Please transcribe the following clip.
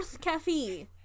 cafe